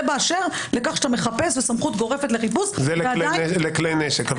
זה באשר לכך שאתה מחפש או סמכות גורפת לחיפוש לכלי נשק.